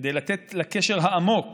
כדי לתת לקשר העמוק